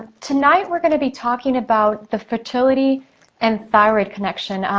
tonight we're gonna be talking about the fertility and thyroid connection.